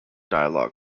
dialogue